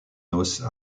noces